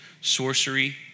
sorcery